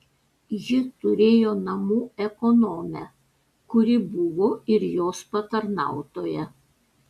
ji turėjo namų ekonomę kuri buvo ir jos patarnautoja